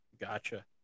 gotcha